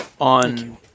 on